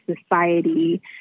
society